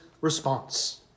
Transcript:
response